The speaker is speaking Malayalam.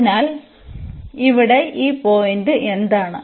അതിനാൽ ഇവിടെ ഈ പോയിന്റ് എന്താണ്